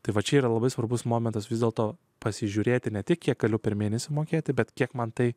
tai va čia yra labai svarbus momentas vis dėlto pasižiūrėti ne tik kiek galiu per mėnesį mokėti bet kiek man tai